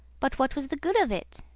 but what was the good of it?